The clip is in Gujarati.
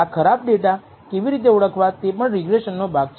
આ ખરાબ ડેટા કેવી રીતે ઓળખવા તે પણ રિગ્રેસનનો ભાગ છે